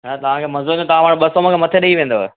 ऐं तव्हांखे मज़ो ईंदो तव्हां ॿ सौ ॿ सौ मथे ॾेई वेंदव